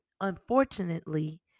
unfortunately